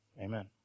amen